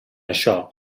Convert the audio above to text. això